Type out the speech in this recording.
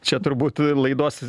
čia turbūt laidos